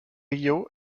rio